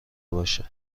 باشه